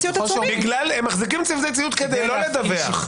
הם מחזיקים צוותי ציות כדי לא לדווח,